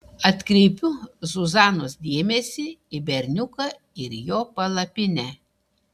atkreipiu zuzanos dėmesį į berniuką ir jo palapinę